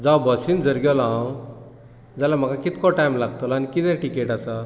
जावं बसीन जर गेलो हांव जाल्यार म्हाका कितको टायम लागतलो आनी किदे टिकेट आसा